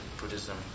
Buddhism